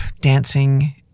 dancing